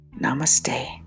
Namaste